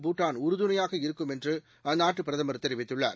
பூடான் உறுதுணையாக இருக்கும் என்று அந்நாட்டு பிரதமர் தெரிவித்துள்ளார்